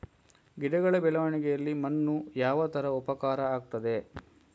ಗಿಡಗಳ ಬೆಳವಣಿಗೆಯಲ್ಲಿ ಮಣ್ಣು ಯಾವ ತರ ಉಪಕಾರ ಆಗ್ತದೆ?